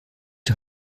die